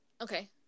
Okay